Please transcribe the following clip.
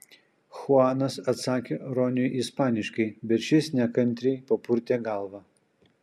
chuanas atsakė roniui ispaniškai bet šis nekantriai papurtė galvą